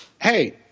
hey